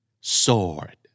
sword